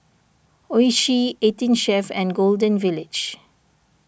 Oishi eighteen Chef and Golden Village